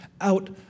out